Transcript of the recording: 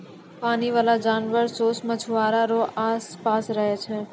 पानी बाला जानवर सोस मछुआरा रो आस पास रहै छै